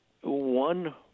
one